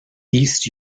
east